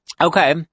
Okay